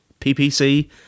PPC